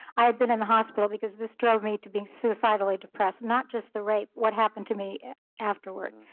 i had been in the hospital because this drove me to being suicidally depressed not just the rape, what happened to me afterward.